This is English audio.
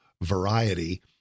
variety